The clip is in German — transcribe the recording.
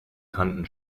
kanten